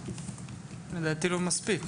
לדעתי זה לא מספיק.